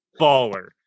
baller